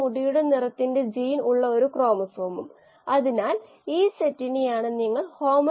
അവയവങ്ങൾ നിർമ്മിക്കുന്നതിന് ബയോ റിയാക്ടറുകൾ എങ്ങനെ ഉപയോഗിക്കുന്നു എന്നതിനെക്കുറിച്ച് ഇത് നമുക്ക് ചില ആശയങ്ങൾ നൽകുന്നു